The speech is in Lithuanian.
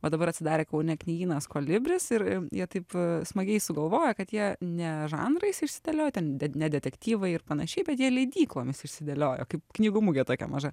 va dabar atsidarė kaune knygynas kolibris ir jie taip smagiai sugalvojo kad jie ne žanrais išsidėlioja ten de ne detektyvai ir panašiai bet jie leidyklomis išsidėlioja kaip knygų mugė tokia maža